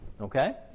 okay